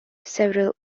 several